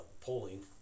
polling